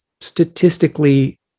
statistically